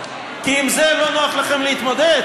כי עם זה לא נוח לכם להתמודד?